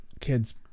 kids